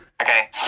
Okay